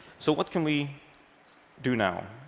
so what can we do now?